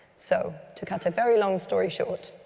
so, to cut a very long story short,